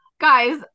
Guys